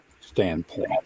standpoint